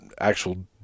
actual